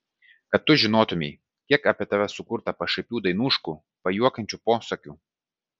kad tu žinotumei kiek apie tave sukurta pašaipių dainuškų pajuokiančių posakių